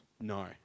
No